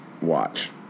Watch